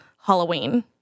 Halloween